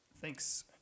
Thanks